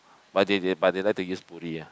but they they but they like to use buri ah